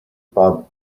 pub